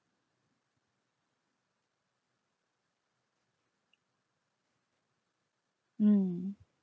mm